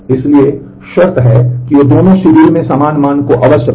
इसलिए शर्त यह है कि वे दोनों शेड्यूल में समान मान को अवश्य पढ़ें